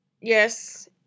yes